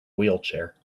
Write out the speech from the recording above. wheelchair